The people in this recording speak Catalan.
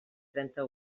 trenta